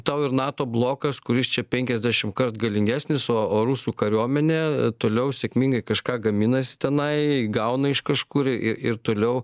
tau ir nato blokas kuris čia penkiasdešimt kart galingesnis o o rusų kariuomenė toliau sėkmingai kažką gaminasi tenai gauna iš kažkur ir ir toliau